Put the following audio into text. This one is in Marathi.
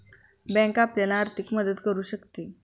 बँक आपल्याला आर्थिक मदत करू शकते